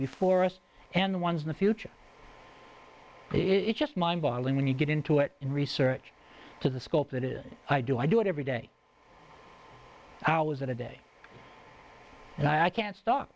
before us and the ones in the future it's just mind boggling when you get into it in research to the scope it is i do i do it every day hours at a day and i can sto